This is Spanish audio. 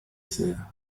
seda